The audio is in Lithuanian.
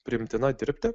priimtina dirbti